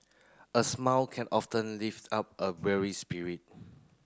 a smile can often lift up a weary spirit